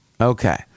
Okay